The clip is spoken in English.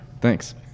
Thanks